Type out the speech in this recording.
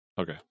Okay